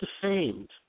defamed